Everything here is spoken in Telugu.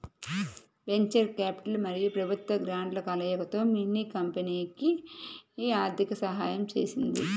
వెంచర్ క్యాపిటల్ మరియు ప్రభుత్వ గ్రాంట్ల కలయికతో మిన్నీ కంపెనీకి ఆర్థిక సహాయం చేసింది